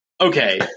okay